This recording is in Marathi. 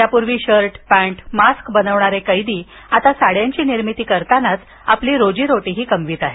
यापूर्वी शर्ट पँट मास्क बनविणारे कैदी आता साड्यांची निर्मिती करतानाच आपली रोजीरोटीही कमवीत आहेत